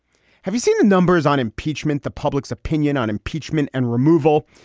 have you seen the numbers on impeachment? the public's opinion on impeachment and removal.